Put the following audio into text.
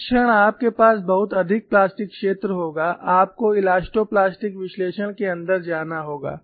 जिस क्षण आपके पास बहुत अधिक प्लास्टिक क्षेत्र होगा आपको इलास्टोप्लास्टिक विश्लेषण के अंदर जाना होगा